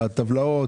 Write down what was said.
בטבלאות,